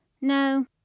No